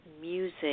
music